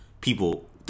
people